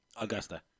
Augusta